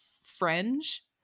Fringe